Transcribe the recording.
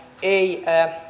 ei